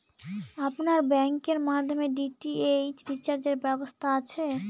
আপনার ব্যাংকের মাধ্যমে ডি.টি.এইচ রিচার্জের ব্যবস্থা আছে?